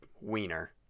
wiener